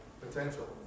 Potential